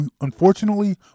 Unfortunately